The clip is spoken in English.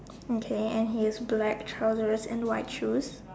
okay and his black trousers and white shoes